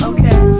Okay